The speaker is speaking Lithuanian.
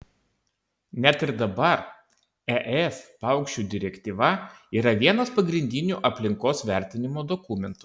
net ir dabar es paukščių direktyva yra vienas pagrindinių aplinkos vertinimo dokumentų